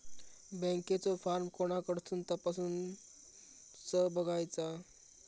बँकेचो फार्म कोणाकडसून तपासूच बगायचा?